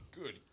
Good